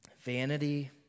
Vanity